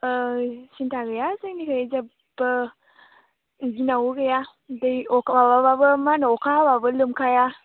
ओं सिन्था गैया जोंनिफ्राय जेबो गिनांगौ गैया दै माबाबाबो मा होनो अखा हाबाबो लोमखाया